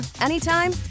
anytime